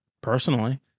personally